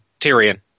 Tyrion